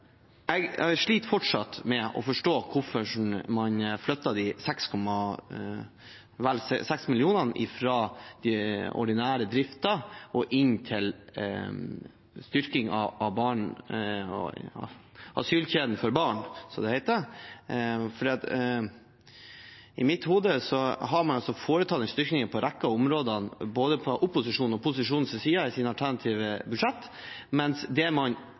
Jeg sliter fortsatt med å forstå hvorfor man flytter vel 6 mill. kr fra den ordinære driften til styrking av asylkjeden for barn, som det heter. I mitt hode har man foretatt en styrking på en rekke av områdene, både i opposisjonens alternative budsjett og i posisjonens budsjett, mens det man